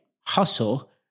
hustle